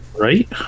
Right